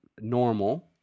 normal